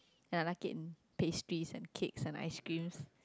and I like it in pastries and cakes and ice creams